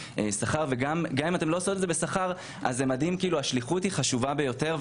וגם אם אתן לא עושות את זה בשכר אז השליחות היא חשובה ביותר,